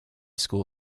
school